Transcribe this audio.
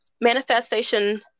Manifestation